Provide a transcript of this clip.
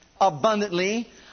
abundantly